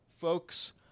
folks